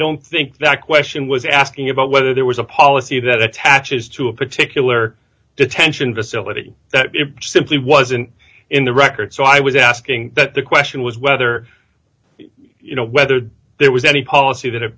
don't think that question was asking about whether there was a policy that attaches to a particular detention facility that simply wasn't in the record so i was asking that the question was whether you know whether there was any policy that